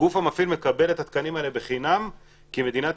הגוף המפעיל מקבל את התקנים האלה בחינם כי מדינת